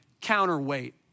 counterweight